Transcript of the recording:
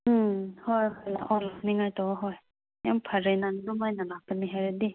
ꯎꯝ ꯍꯣꯏ ꯍꯣꯏ ꯂꯥꯛꯑꯣ ꯂꯥꯛꯅꯤꯡꯉꯥꯏ ꯇꯧꯑꯣ ꯍꯣꯏ ꯌꯥꯝ ꯐꯔꯦ ꯅꯪ ꯑꯗꯨꯃꯥꯏꯅ ꯂꯥꯛꯄꯅꯦ ꯍꯥꯏꯔꯗꯤ